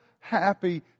Happy